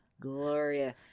Gloria